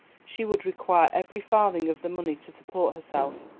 she would require every farthing of the money to support herself,